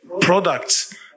products